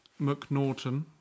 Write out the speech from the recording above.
McNaughton